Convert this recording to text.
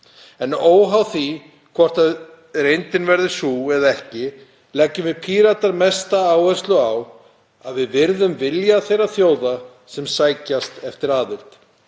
En óháð því hvort reyndin verður sú eða ekki leggjum við Píratar mesta áherslu á að við virðum vilja þeirra þjóða sem sækjast eftir aðild.